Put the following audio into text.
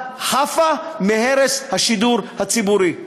הייתה חפה מהרס השידור הציבורי.